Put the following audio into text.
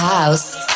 House